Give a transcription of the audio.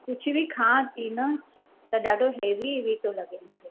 कुझु बि खांवां थी न त ॾाढो हैवी हैवी थो लॻे मूंखे